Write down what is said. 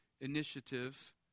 initiative